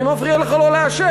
מי מפריע לך לא לאשר?